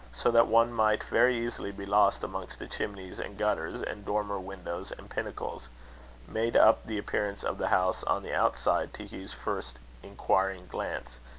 so that one might very easily be lost amongst the chimneys and gutters and dormer windows and pinnacles made up the appearance of the house on the outside to hugh's first inquiring glance,